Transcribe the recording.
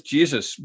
Jesus